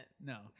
No